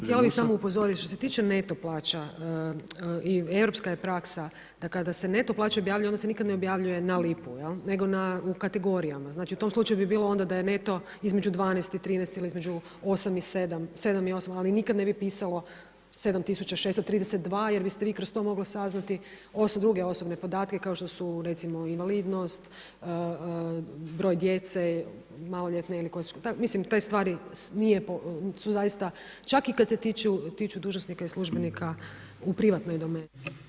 Htjela bi samo upozoriti, što se tiče neto plaće i europska je praksa, kada se neto plaća objavljuje, onda se nikada ne objavljuje na lipu, nego u kategorijama, u tom slučaju bi bilo da je neto između 12 i 13 ili između 7 i 8 ali nikad ne bi pisalo 7632 jer biste vi kroz to moglo saznati, ovo su druge osobne podatke kao što su invalidnost, br. djece, maloljetne, mislim te stvari nije su zaista, čak i kada se tiču dužnosnika i službenika u privatnoj domeni.